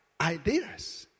ideas